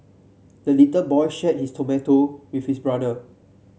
the little boy shared his tomato with his brother